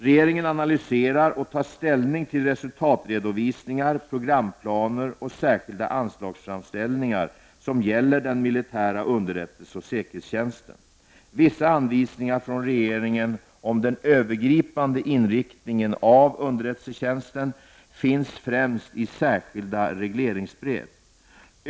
Regeringen analyserar och tar ställning till resultatredovisningar, programplaner och särskilda anslagsframställningar som gäller den militära underrättelse och säkerhetstjänsten. Vissa anvisningar från regeringen om den övergripande inriktningen av underrättelsetjänsten finns främst i särskilda regleringsbrev.